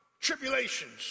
tribulations